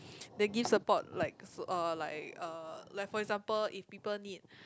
they give support like so uh like uh like for example if people need